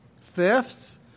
thefts